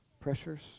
pressures